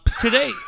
Today